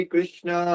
Krishna